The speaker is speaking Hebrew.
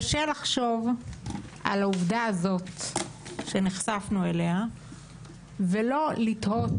קשה לחשוב על העובדה הזאת שנחשפנו אליה ולא לתהות,